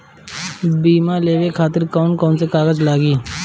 बीमा लेवे खातिर कौन कौन से कागज लगी?